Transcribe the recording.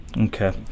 Okay